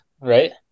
right